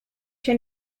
się